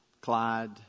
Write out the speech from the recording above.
Clyde